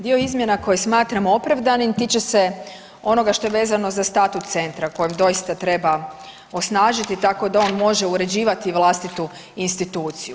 Dio izmjena koje smatramo opravdanim tiče se onoga što je vezano za statut centra kojeg doista treba osnažiti tako da on može uređivati vlastitu instituciju.